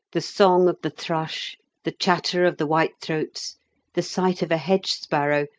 the song of the thrush, the chatter of the whitethroats, the sight of a hedge-sparrow,